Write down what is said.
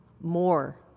more